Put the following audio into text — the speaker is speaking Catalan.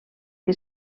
que